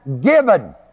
given